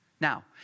Now